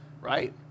right